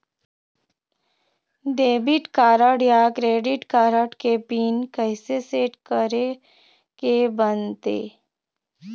Debit card या credit card के pin कइसे सेट करे के बनते?